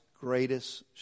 greatest